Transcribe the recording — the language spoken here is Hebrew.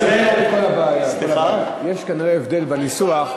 יש כנראה הבדל בניסוח.